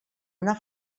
una